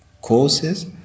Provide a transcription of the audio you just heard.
causes